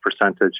percentage